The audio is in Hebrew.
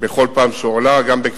בכל פעם שזה עלה,